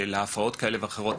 של הפרעות כאהל ואחרות,